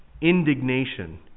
indignation